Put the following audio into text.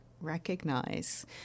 recognize